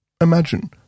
Imagine